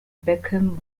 beckham